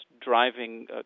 driving